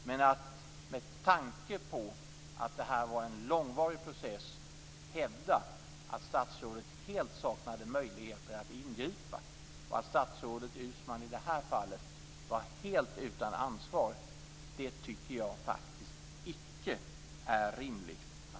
Men att med tanke på att detta var en långvarig process hävda att statsrådet helt saknade möjligheter att ingripa och att statsrådet Uusmann i det här fallet var helt utan ansvar, tycker jag faktiskt icke är rimligt.